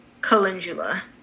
calendula